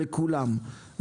לכולם,